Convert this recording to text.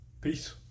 Peace